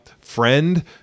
friend